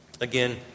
Again